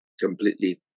completely